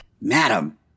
Madam